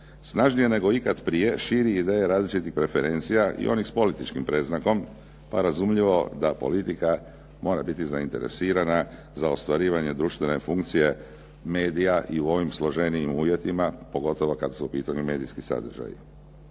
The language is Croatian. snažnije nego ikad prije širi ideje različitih preferencija i onih s političkim predznakom pa razumljivo da politika mora biti zainteresirana za ostvarivanje društvene funkcije medija i u ovim složenijim uvjetima, pogotovo kad su u pitanju medijski sadržaji.